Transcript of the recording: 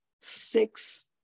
six